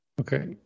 Okay